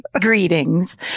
Greetings